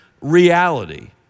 reality